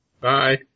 Bye